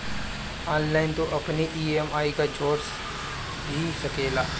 online तू अपनी EMI के जोड़ भी सकेला